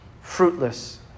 fruitless